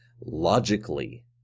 logically